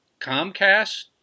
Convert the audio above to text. Comcast